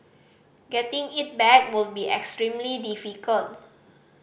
getting it back would be extremely difficult